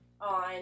on